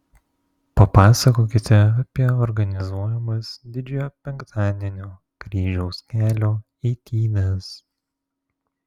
papasakokite apie organizuojamas didžiojo penktadienio kryžiaus kelio eitynes